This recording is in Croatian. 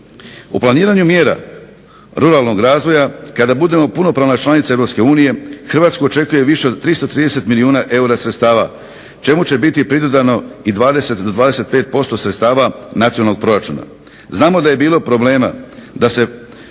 U planiranju mjera ruralnog razvoja kada budemo punopravna članica Europske unije Hrvatsku očekuje više od 330 milijuna eura sredstava, čemu će biti pridodano i 20 do 25% sredstava nacionalnog proračuna. Znamo da je bilo problema da se